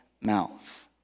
mouth